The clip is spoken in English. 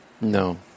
No